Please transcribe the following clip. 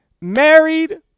married